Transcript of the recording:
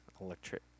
Electric